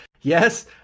Yes